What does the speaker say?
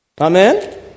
Amen